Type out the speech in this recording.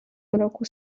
mroku